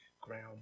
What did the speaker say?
ground